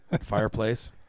fireplace